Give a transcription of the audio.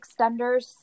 extenders